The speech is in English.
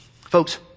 Folks